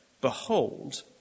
Behold